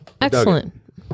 Excellent